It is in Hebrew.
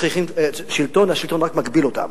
השלטון רק מגביל אותם.